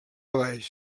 avall